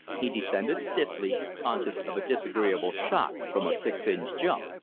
he descended stiffly, conscious of a disagreeable shock from a six-inch jump.